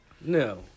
No